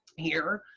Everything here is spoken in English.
here,